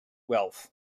wealth